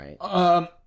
right